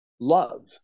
love